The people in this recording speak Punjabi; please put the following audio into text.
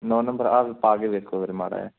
ਨੌਂ ਨੰਬਰ ਆਹ ਪਾ ਕੇ ਵੇਖੋ ਫਿਰ ਮਾੜਾ ਜਿਹਾ